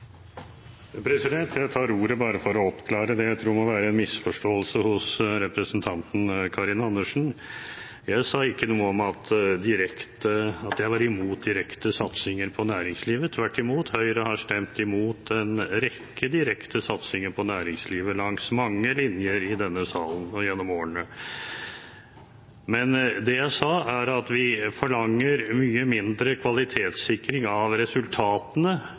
Jeg tar ordet bare for å oppklare det jeg tror må være en misforståelse hos representanten Karin Andersen. Jeg sa ikke noe om at jeg var imot direkte satsinger på næringslivet. Tvert imot, Høyre har stemt for en rekke direkte satsinger på næringslivet langs mange linjer i denne salen opp gjennom årene. Det jeg sa, var at vi forlanger mye mindre kvalitetssikring av resultatene